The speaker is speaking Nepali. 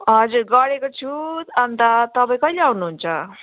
हजुर गरेको छु अनि त तपाईँ कहिले आउनुहुन्छ